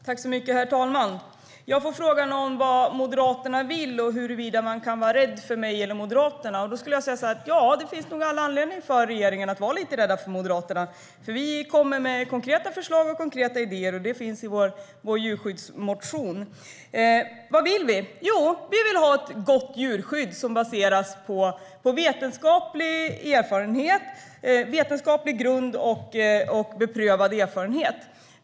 Herr talman! På frågan om vad Moderaterna vill och huruvida man kan vara rädd för mig eller Moderaterna vill jag svara: Ja, det finns nog all anledning för regeringen att vara lite rädd för Moderaterna, för vi kommer med konkreta förslag och idéer, som finns i vår djurskyddsmotion. Vad vill vi? Jo, vi vill ha ett gott djurskydd som baseras på vetenskaplig grund och beprövad erfarenhet.